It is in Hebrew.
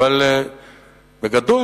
אבל בגדול,